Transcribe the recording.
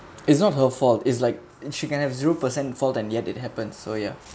it's not her fault is like and she can have zero percent fault and yet it happens so ya